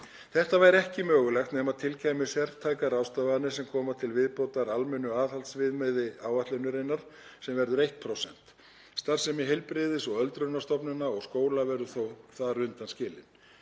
Þetta væri ekki mögulegt nema til kæmu sértækar ráðstafanir sem koma til viðbótar almennu aðhaldsviðmiði áætlunarinnar sem verður 1%. Starfsemi heilbrigðis- og öldrunarstofnana og skóla verður þó undanskilin.